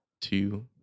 two